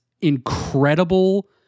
incredible